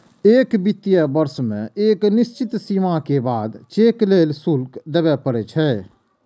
एक वित्तीय वर्ष मे एक निश्चित सीमा के बाद चेक लेल शुल्क देबय पड़ै छै